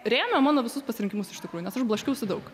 rėmė mano visus pasirinkimus iš tikrųjų nes aš blaškiausi daug